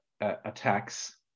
attacks